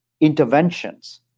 interventions